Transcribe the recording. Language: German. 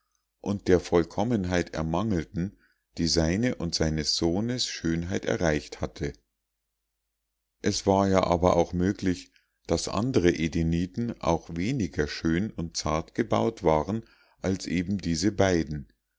und der vollkommenheit ermangelten die seine und seines sohnes schönheit erreicht hatte es war ja aber auch möglich daß andere edeniten auch weniger schön und zart gebaut waren als eben diese beiden